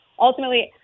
Ultimately